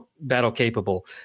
battle-capable